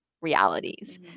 realities